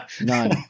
None